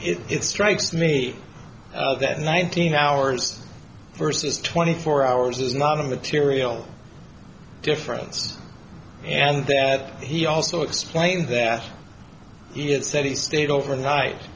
it strikes me that nineteen hours versus twenty four hours is not a material difference and that he also explained that he said he stayed overnight